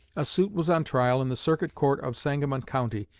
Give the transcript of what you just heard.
a suit was on trial in the circuit court of sangamon county,